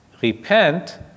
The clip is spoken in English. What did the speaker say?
repent